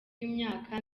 w’imyaka